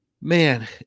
man